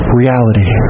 reality